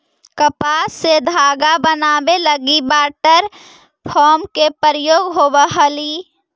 कपास से धागा बनावे लगी वाटर फ्रेम के प्रयोग होवऽ हलई